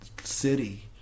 city